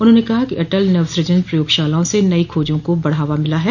उन्होंने कहा कि अटल नवसृजन प्रयोगशालाओं से नई खोजों को बढ़ावा मिला है